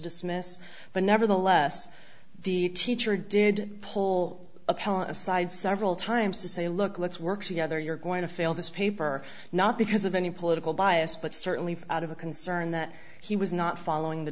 dismiss but nevertheless the teacher did pull appellant aside several times to say look let's work together you're going to fail this paper not because of any political bias but certainly out of a concern that he was not following the